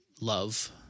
love